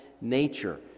nature